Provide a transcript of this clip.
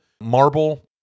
marble